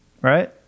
right